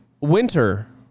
winter